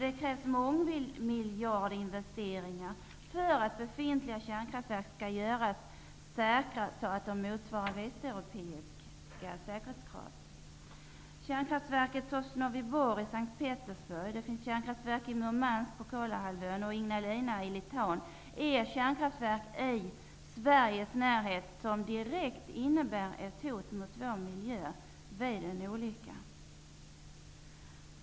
Det krävs mångmiljardinvesteringar om befintliga kärnkraftverk skall göras så säkra att de motsvarar västeuropeiska säkerhetskrav. Murmansk på Kolahalvön och Ignalina i Litauen är kärnkraftverk i Sveriges närhet som innebär ett direkt hot mot vår miljö vid en olycka.